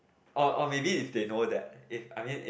oh oh maybe they know that if I mean if